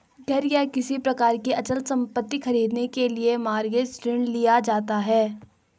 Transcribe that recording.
घर या किसी प्रकार की अचल संपत्ति खरीदने के लिए मॉरगेज ऋण लिया जाता है